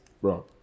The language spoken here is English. bro